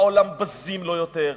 בעולם בזים לו יותר,